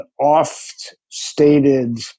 oft-stated